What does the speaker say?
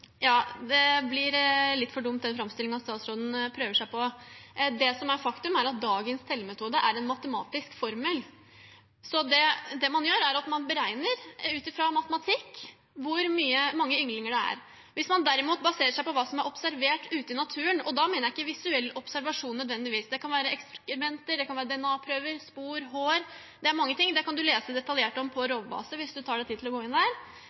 man gjør, er at man beregner ut fra matematikk hvor mange ynglinger det er. Hvis man derimot baserer seg på hva som er observert ute i naturen – og da mener jeg ikke nødvendigvis visuell observasjon, det kan være ekskrementer, det kan være DNA-prøver, spor, hår, det er mange ting, og det kan du lese detaljert om på Rovbase hvis du tar deg tid til å gå inn der